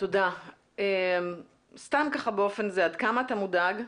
עד כמה אתה מודאג?